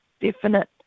definite